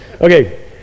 Okay